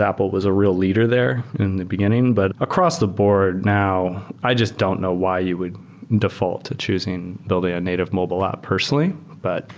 apple was a real leader there in the beginning. but across the board now, i just don't know why you would default to choosing building a native mobile app personally. but